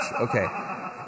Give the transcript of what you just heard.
Okay